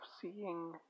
seeing